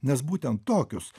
nes būtent tokius